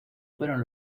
fueron